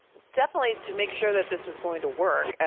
definitely to make sure that this was going to work.